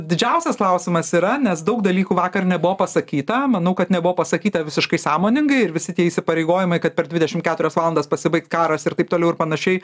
didžiausias klausimas yra nes daug dalykų vakar nebuvo pasakyta manau kad nebuvo pasakyta visiškai sąmoningai ir visi tie įsipareigojimai kad per dvidešim keturias valandas pasibaigs karas ir taip toliau ir panašiai